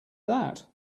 that